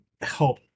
help